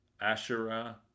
Asherah